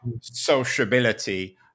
sociability